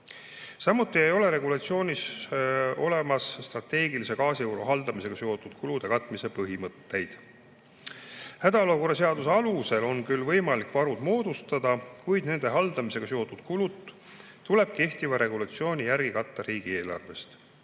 Samuti ei ole regulatsioonis strateegilise gaasivaru haldamisega seotud kulude katmise põhimõtteid. Hädaolukorra seaduse alusel on küll võimalik varud moodustada, kuid nende haldamisega seotud kulud tuleb kehtiva regulatsiooni järgi katta riigieelarvest.